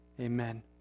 amen